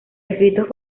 escritos